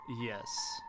Yes